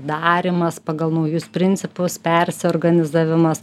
darymas pagal naujus principus persiorganizavimas